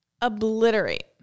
obliterate